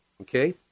Okay